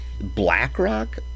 BlackRock